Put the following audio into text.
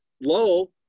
low